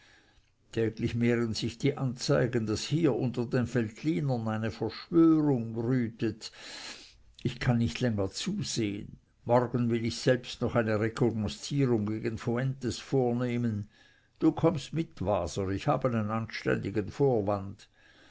täglich mehren sich die anzeigen daß hier unter den veltlinern eine verschwörung brütet ich kann nicht länger zusehen morgen will ich selbst noch eine rekognoszierung gegen fuentes vornehmen du kommst mit waser ich habe einen anständigen vorwand